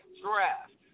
draft